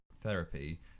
therapy